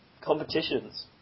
competitions